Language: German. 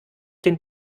den